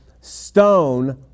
stone